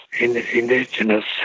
indigenous